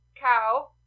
cow